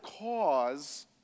cause